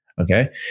okay